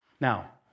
Now